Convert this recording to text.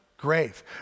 grave